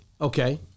Okay